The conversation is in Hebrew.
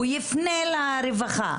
הוא יפנה לרווחה.